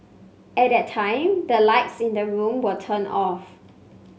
at that time the lights in the room were turned off